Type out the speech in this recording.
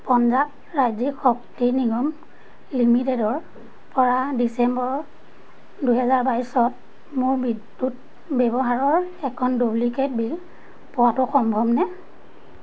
পঞ্জাৱ ৰাজ্যিক শক্তি নিগম লিমিটেডৰপৰা ডিচেম্বৰ দুহেজাৰ বাইছত মোৰ বিদ্যুৎ ব্যৱহাৰৰ এখন ডুপ্লিকেট বিল পোৱাটো সম্ভৱনে